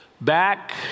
back